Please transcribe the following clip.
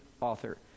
author